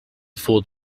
fooled